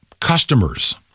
customers